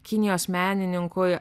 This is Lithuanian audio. kinijos menininkui